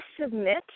submit